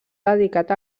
dedicat